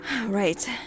Right